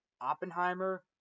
Oppenheimer